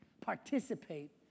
Participate